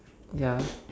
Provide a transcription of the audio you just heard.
ya